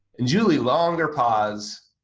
and julie, longer pause,